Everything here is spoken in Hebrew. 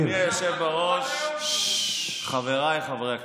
אדוני היושב-ראש, חבריי חברי הכנסת,